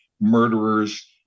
murderers